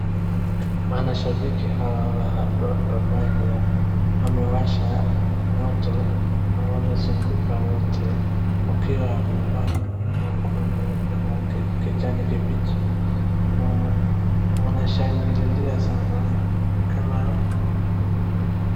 Wanashabiki hawa wa Gor mahia wamewasha moto na wamezunguka wote wakiwa wamevaa manguo nyeupe na kijani kibichi na wanashangililia sana ni kama.